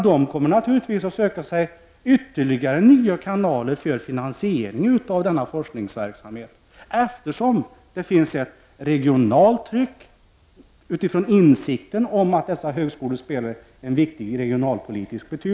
De kommer naturligtvis att söka ytterligare kanaler för finansieringen av forskningsverksamheten, eftersom det finns ett regionalt tryck. Dessa högskolor spelar ju en viktig regionalpolitisk roll.